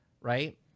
right